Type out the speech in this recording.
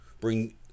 bring